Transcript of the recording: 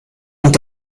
und